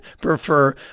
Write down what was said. prefer